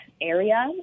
area